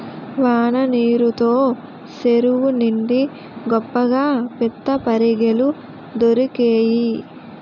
వాన నీరు తో సెరువు నిండి గొప్పగా పిత్తపరిగెలు దొరికేయి